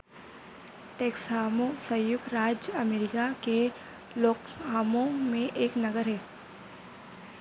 टेक्सहामो संयुक्त राज्य अमेरिका के लोकहामो में एक नगर है